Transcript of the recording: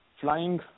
flying